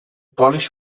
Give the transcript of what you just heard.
polish